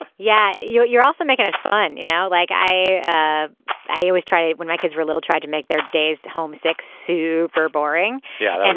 ah yeah. you're you're also making it fun you know like i ah i ah was trying it when my kids were little tried to make their days homesick sue very boring. yeah.